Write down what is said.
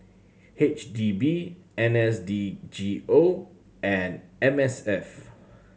H D B N S D G O and M S F